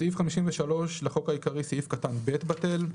בסעיף 53 לחוק העיקרי, סעיף קטן (ב) בטל."